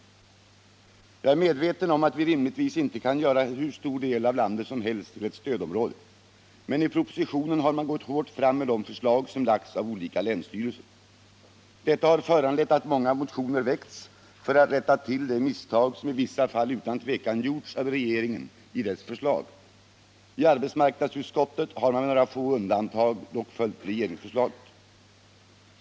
Jag är medveten om att vi rimligtvis inte kan göra hur stor del av landet som helst till ett stödområde, men i propositionen har man gått hårt fram med de förslag som lagts av olika länsstyrelser. Detta har föranlett att många motioner väckts för att rätta till de misstag som i vissa fall utan tvivel har gjorts av regeringen i dess förslag. I arbetsmarknadsutskottet har man med några få undantag dock följt regeringsförslaget.